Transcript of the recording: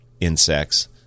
insects